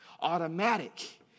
automatic